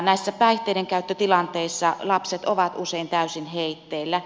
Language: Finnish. näissä päihteidenkäyttötilanteissa lapset ovat usein täysin heitteillä